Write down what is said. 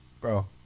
bro